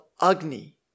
Agni